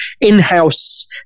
in-house